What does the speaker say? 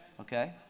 Okay